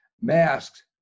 masks